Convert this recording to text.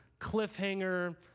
cliffhanger